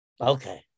okay